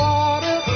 Water